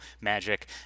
magic